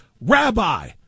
Rabbi